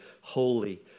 holy